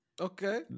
Okay